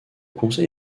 conseil